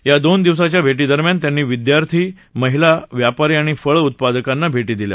या दोन दिवसाच्या भेटीदरम्यान त्यांनी विद्यार्थी महिला व्यापारी आणि फळ उत्पादकांना भेटी दिल्या